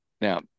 Now